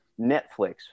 netflix